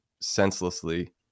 senselessly